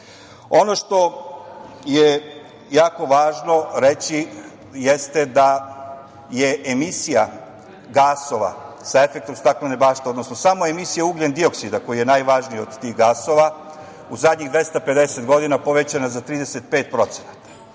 što je jako važno reći jeste da je emisija gasova sa efektom "staklene bašte", odnosno samo emisija ugljen-dioksida koji je najvažniji od tih gasova u zadnjih 250 godina povećana je za 35%.